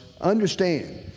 understand